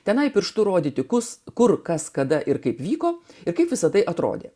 tenai pirštu rodyti kus kur kas kada ir kaip vyko ir kaip visa tai atrodė